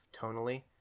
tonally